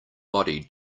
body